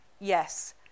yes